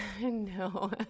no